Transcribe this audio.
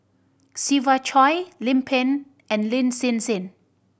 Siva Choy Lim Pin and Lin Hsin Hsin